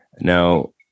now